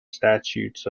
statutes